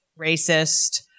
racist